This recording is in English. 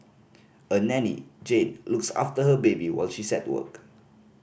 a nanny Jane looks after her baby while she's at work